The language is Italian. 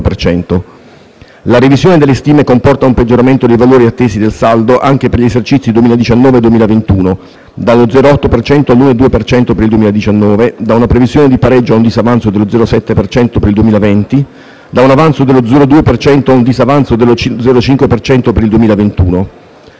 La revisione delle stime comporta un peggioramento dei valori attesi del saldo anche per gli esercizi 2019-2021: dallo 0,8 per cento all' 1,2 per cento per il 2019, da una previsione di pareggio a un disavanzo dello 0,7 per cento per il 2020, da un avanzo dello 0,2 per cento a un disavanzo dello 0,5 per cento